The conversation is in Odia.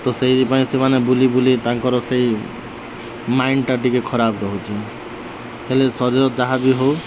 ତ ସେଇପାଇଁ ସେମାନେ ବୁଲି ବୁଲି ତାଙ୍କର ସେଇ ମାଇଣ୍ଡ୍ଟା ଟିକେ ଖରାପ ରହୁଛି ହେଲେ ଶରୀର ଯାହା ବି ହଉ